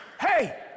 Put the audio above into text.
hey